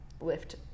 lift